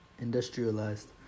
industrialized